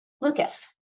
Lucas